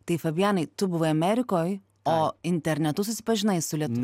tai fabianai tu buvai amerikoj o internetu susipažinai su lietuve